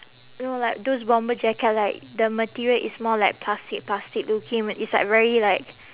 no like those bomber jacket like the material is more like plastic plastic looking when it's like very like